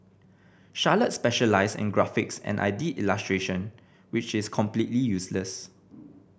Charlotte specialised in graphics and I did illustration which is completely useless